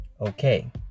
okay